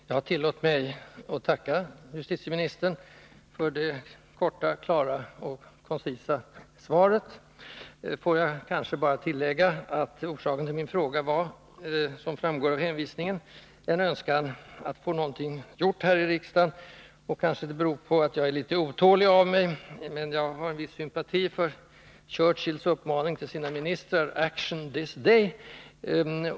Herr talman! Jag tackar justitieministern för det korta, klara och koncisa svaret. Får jag bara tillägga att orsaken till min fråga var, som framgår av hänvisningen, en önskan att få någonting gjort här i riksdagen. Kanske det beror på att jag är litet otålig av mig, men jag har viss sympati för Churchills uppmaning till sina ministrar: Action this day!